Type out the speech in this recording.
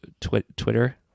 Twitter